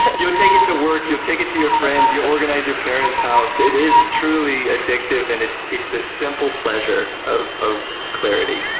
you'll take it to work, you'll take it to your friends, you'll organize your parents' house, it is truly addictive and it's it's the simple pleasure of of clarity.